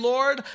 Lord